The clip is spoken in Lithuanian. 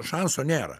šanso nėra